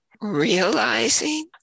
realizing